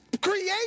create